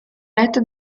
letto